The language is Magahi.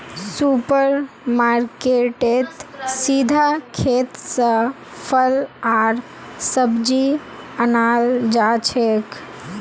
सुपर मार्केटेत सीधा खेत स फल आर सब्जी अनाल जाछेक